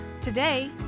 Today